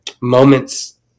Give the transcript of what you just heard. moments